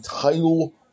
title